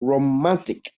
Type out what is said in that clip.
romantic